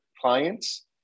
clients